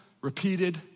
repeated